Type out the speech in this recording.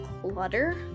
clutter